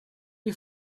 you